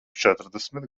četrdesmit